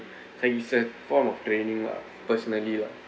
like is a form of training lah personally lah